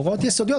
הוראות יסודיות.